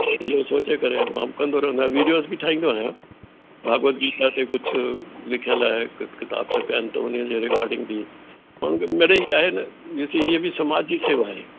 इहो सोचे करे बि मां कंदो रहंदो आहियां विडियोस बि ठाहींदो आहियां भाॻवत गीता ते कुझु लिखियल आहे किताबु छपियल त हुनजे रिगाडिंग बि माण्हूअ खे मिड़ेई आहे न ॾिसी इहा बि समाज जी सेवा आहे